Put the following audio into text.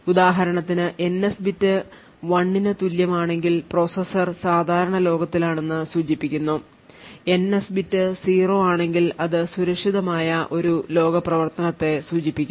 ഉദാഹരണത്തിന് NS bit 1 ന് തുല്യമാണെങ്കിൽ പ്രോസസർ സാധാരണ ലോകത്തിലാണെന്ന് സൂചിപ്പിക്കുന്നു NS ബിറ്റ് 0 ആണെങ്കിൽ അത് സുരക്ഷിതമായ ഒരു ലോക പ്രവർത്തനത്തെ സൂചിപ്പിക്കുന്നു